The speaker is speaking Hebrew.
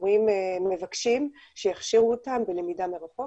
מורים מבקשים שיכשירו אותם בלמידה מרחוק